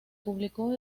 publicó